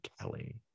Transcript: Kelly